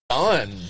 on